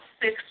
six